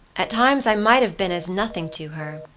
at times i might have been as nothing to her.